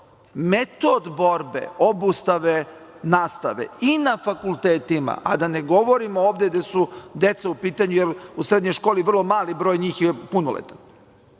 metod borbe obustave nastave i na fakultetima, a da ne govorimo ovde gde su deca u pitanju, jer u srednjoj školi veoma mali broj njih je punoletan,